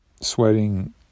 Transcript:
sweating